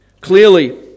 clearly